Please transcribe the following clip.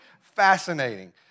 fascinating